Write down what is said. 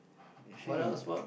friend is a